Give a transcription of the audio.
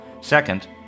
Second